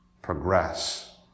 progress